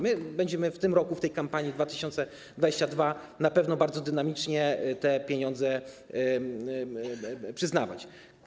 My będziemy w tym roku, w tej kampanii 2022 r., na pewno bardzo dynamicznie te pieniądze przyznawać.